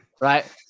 Right